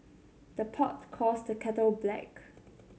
the pot calls the kettle black